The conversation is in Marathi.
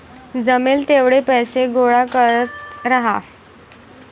जमेल तेवढे पैसे गोळा करत राहा